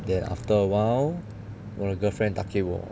then after a while 我的 girlfriend then 打给我